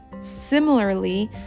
Similarly